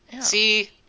See